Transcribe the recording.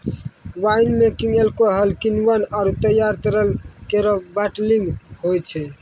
wine making alcohol म किण्वन आरु तैयार तरल केरो बाटलिंग होय छै